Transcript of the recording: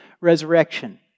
resurrection